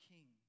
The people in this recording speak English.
King